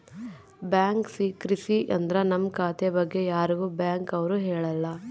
bank secrecy ಅಂದ್ರ ನಮ್ ಖಾತೆ ಬಗ್ಗೆ ಯಾರಿಗೂ ಬ್ಯಾಂಕ್ ಅವ್ರು ಹೇಳಲ್ಲ